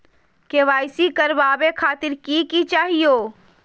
KYC करवावे खातीर कि कि चाहियो?